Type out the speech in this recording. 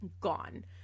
gone